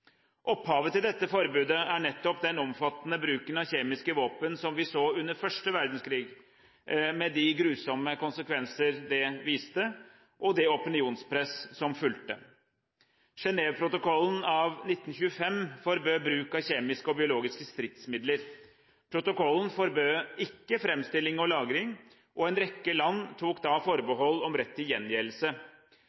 Opphavet til dette forbudet er nettopp den omfattende bruken av kjemiske våpen som vi så under første verdenskrig, med de grusomme konsekvenser det medførte, og det opinionspress som fulgte. Genèveprotokollen av 1925 forbød kjemiske og biologiske stridsmidler. Protokollen forbød ikke framstilling og lagring, og en rekke land tok